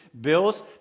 bills